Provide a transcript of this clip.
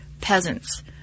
peasants